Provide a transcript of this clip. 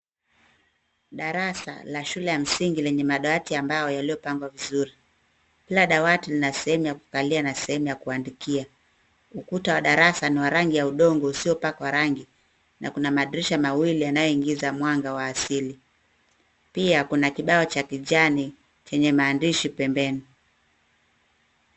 Darasa la shule ya msingi lenye madawati ya mbao yaliyopangwa vizuri. Kila dawati lina sehemu ya kukalia na sehemu ya kuandikia. Ukuta wa darasa ni wa rangi ya udongo usiopakwa rangi. Kuna madirisha mawili yanayoingiza mwanga wa asili. Pia, kuna kibao cha kijani chenye maandishi pembeni.